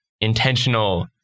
intentional